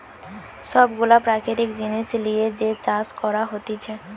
সব গুলা প্রাকৃতিক জিনিস লিয়ে যে চাষ করা হতিছে